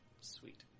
Sweet